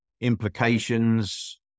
implications